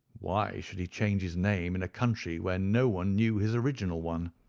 why should he change his name in a country where no one knew his original one?